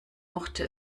mochte